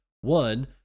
One